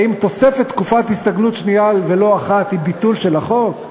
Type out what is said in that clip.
האם תוספת תקופת הסתגלות שנייה ולא אחת היא ביטול של החוק?